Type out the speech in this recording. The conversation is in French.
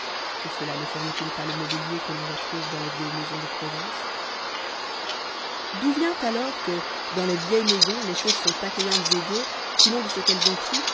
tout cela ne forme t il pas le mobilier que l'on retrouve dans les vieilles maisons de province d'où vient alors que dans les vieilles maisons les choses sont accueillantes et gaies sinon de ce qu'elles ont pris